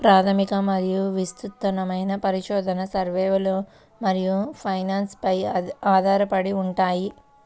ప్రాథమిక మరియు విస్తృతమైన పరిశోధన, సర్వేలు మరియు ఫైనాన్స్ పై ఆధారపడి ఉంటాయి